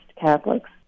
Catholics